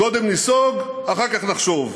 קודם ניסוג אחר כך נחשוב.